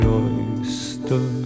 oyster